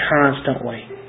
constantly